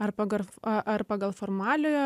ar pagar ar pagal formaliojo